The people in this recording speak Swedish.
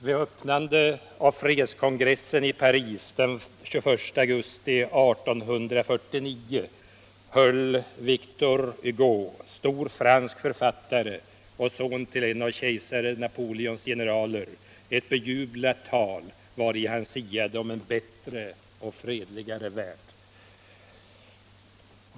Vid öppnandet av fredskongressen i Paris den 21 augusti 1849 höll Victor Hugo, stor fransk författare och son till en av kejsare Napoleons generaler, ett bejublat tal vari han siade om en bättre och fredligare värld.